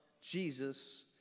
Jesus